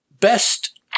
best